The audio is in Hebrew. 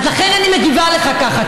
אז לכן אני מגיבה לך ככה.